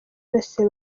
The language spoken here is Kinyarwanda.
yose